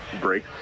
break